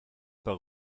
par